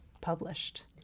published